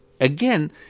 Again